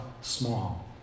small